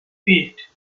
feet